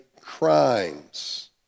crimes